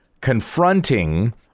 confronting